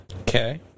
Okay